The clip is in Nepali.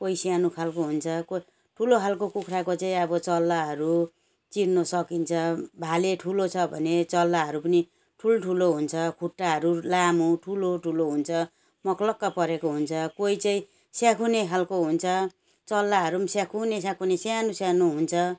कोही सानो खाले हुन्छ कोही ठुलो खाले कुखुराको चाहिँ अब चल्लाहरू चिन्नु सकिन्छ भाले ठुलो छ भने चल्लाहरू पनि ठुल्ठुलो हुन्छ खुट्टाहरू लामो ठुलो ठुलो हुन्छ मकलक्क परेको हुन्छ कोही चाहिँ स्याकिने खाले हुन्छ चल्लाहरू स्याकिने स्याकिने सानो सानो हुन्छ